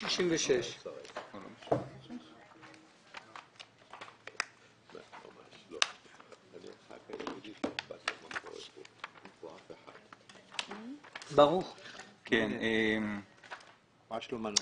קראנו עד סעיף 66. את סעיף 66 לא קראנו.